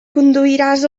conduiràs